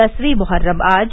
दसवीं मोहर्रम आज